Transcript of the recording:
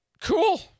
cool